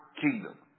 kingdom